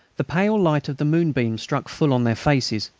the pale light of the moonbeams struck full on their faces,